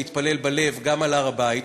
להתפלל בלב גם על הר-הבית,